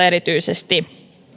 erityisesti oppositiopuolueissa